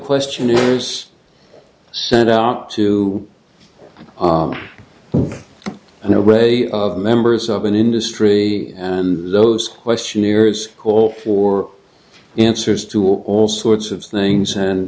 question of us sent out to a new way of members of an industry and those questionnaires call for answers to all sorts of things and